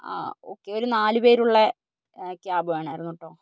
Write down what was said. ആ ഓക്കേ ഒരു നാലു പേരുള്ള ക്യാബ് വേണമായിരുന്നു കേട്ടോ